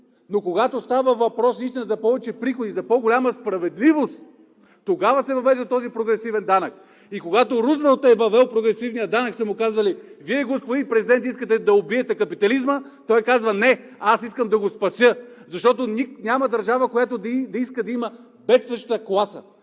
Когато става въпрос за повече приходи, за по-голяма справедливост, тогава се въвежда този прогресивен данък. Когато Рузвелт е въвел прогресивния данък, са му казали: „Вие, господин Президент, искате да убиете капитализма.“ Той казва: „Не, аз искам да го спася.“ Защото няма държава, която да иска да има бедстваща класа.